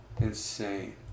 Insane